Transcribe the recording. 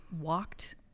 walked